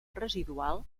residual